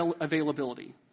availability